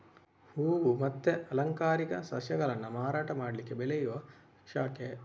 ಹೂವು ಮತ್ತೆ ಅಲಂಕಾರಿಕ ಸಸ್ಯಗಳನ್ನ ಮಾರಾಟ ಮಾಡ್ಲಿಕ್ಕೆ ಬೆಳೆಯುವ ಶಾಖೆ